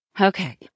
Okay